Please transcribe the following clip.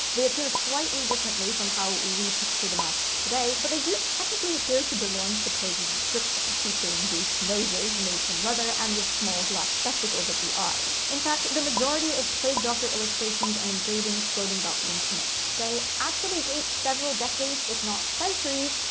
they appear slightly differently from how we picture the masks today, but they do technically adhere to de lorme's supposed description, featuring beaked noses made from leather, and with small glass spectacles at the eyes. in fact, the majority of plague doctor illustrations and engravings floating about the internets today actually date several decades, if not centuries,